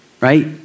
Right